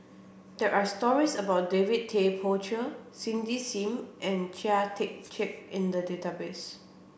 there are stories about David Tay Poey Cher Cindy Sim and Chia Tee Chiak in the database